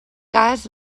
cas